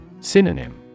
Synonym